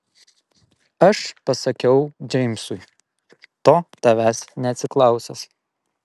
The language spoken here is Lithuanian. aš pasakiau džeimsui to tavęs neatsiklausęs